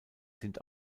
sind